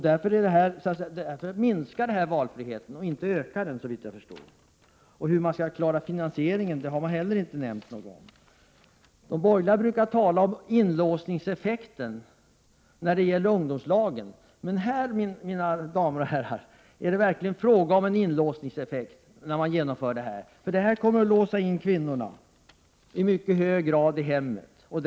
Därför minskar detta förslag valfriheten, såvitt jag förstår, och ökar den inte. Hur man skall klara finansieringen har man heller inte nämnt något om. De borgerliga brukar tala om inlåsningseffekten när det gäller ungdomslagen. Men när man genomför detta förslag, mina damer och herrar, blir det verkligen fråga om en inlåsningseffekt. Detta kommer att låsa in kvinnorna i hemmen i mycket hög grad.